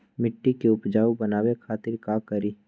मिट्टी के उपजाऊ बनावे खातिर का करी?